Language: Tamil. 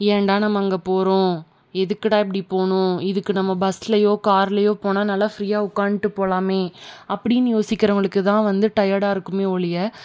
ஏன்டா நம்ம அங்க போகிறோம் எதுக்குடா இப்படி போகணும் இதுக்கு நம்ம பஸ்லேயோ கார்லேயோ போனா நல்லா ஃப்ரீயாக உக்காந்துட்டு போகலாமே அப்படின்னு யோசிக்கிறவங்களுக்கு தான் வந்து டயர்டாக இருக்குமே ஒழிய